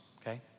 okay